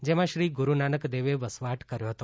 જેમાં શ્રી ગુરુનાનક દેવે વસવાટ કર્યો હતો